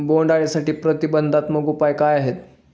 बोंडअळीसाठी प्रतिबंधात्मक उपाय काय आहेत?